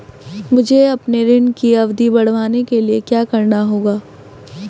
मुझे अपने ऋण की अवधि बढ़वाने के लिए क्या करना होगा?